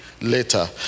later